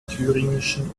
thüringischen